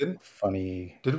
funny